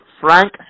Frank